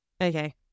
Okay